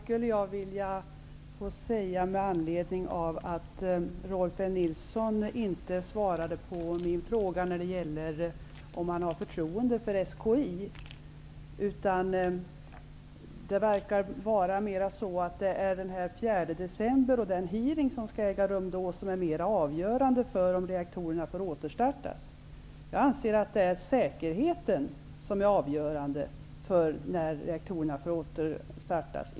Herr talman! Rolf L Nilson svarade inte på min fråga om han har förtroende för SKI. Det verkar vara den hearing som skall äga rum den 4 december som är mera avgörande för om reaktorerna skall få återstartas. Jag anser att det är säkerheten som är avgörande för när reaktorerna får återstartas.